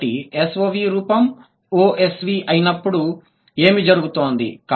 కాబట్టి SOV రూపం OSV అయినప్పుడు ఏమి జరుగుతోంది